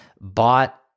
bought